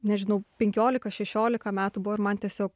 nežinau penkiolika šešiolika metų buvo ir man tiesiog